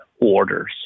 orders